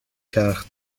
چرخ